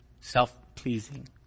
self-pleasing